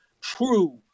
true